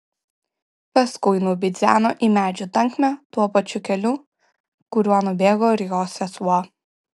paskui nubidzeno į medžių tankmę tuo pačiu keliu kuriuo nubėgo ir jo sesuo